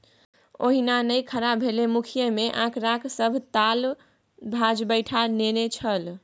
ओहिना नै खड़ा भेलै मुखिय मे आंकड़ाक सभ ताल भांज बैठा नेने छल